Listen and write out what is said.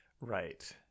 Right